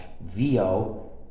vo